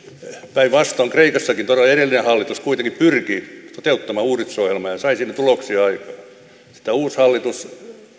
päinvastoin kreikassakin todella edellinen hallitus kuitenkin pyrki toteuttamaan uudistusohjelmaa ja sai siinä tuloksia aikaan ja sitten tämä uusi hallitus